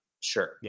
Sure